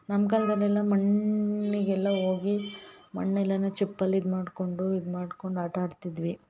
ನಮ್ಮ ಕಾಲ್ದಲ್ಲಿ ಎಲ್ಲ ಮಣ್ಣಿಗೆಲ್ಲ ಹೋಗಿ ಮಣ್ಣೆಲ್ಲನ ಚಿಪ್ಪಲ್ಲಿ ಇದು ಮಾಡ್ಕೊಂಡು ಇದು ಮಾಡ್ಕೊಂಡು ಆಟ ಆಡ್ತಿದ್ವಿ